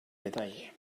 detalle